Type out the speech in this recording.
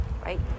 right